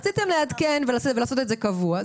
רציתם לעדכן ולעשות את זה קבוע.